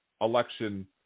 election